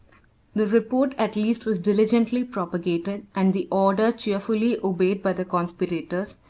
the report at least was diligently propagated, and the order cheerfully obeyed by the conspirators,